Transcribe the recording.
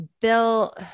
Bill